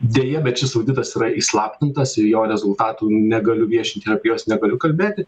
deja bet šis auditas yra įslaptintas ir jo rezultatų negaliu viešinti apie juos negaliu kalbėti